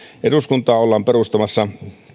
ollaan perustamassa